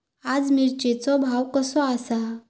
आज मिरचेचो भाव कसो आसा?